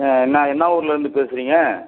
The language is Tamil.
ஆ என்ன என்ன ஊர்லேருந்து பேசுறீங்க